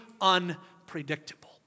unpredictable